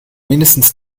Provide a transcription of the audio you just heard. mindestens